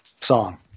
song